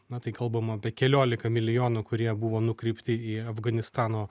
na tai kalbama apie keliolika milijonų kurie buvo nukreipti į afganistano